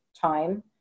time